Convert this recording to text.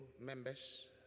members